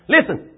Listen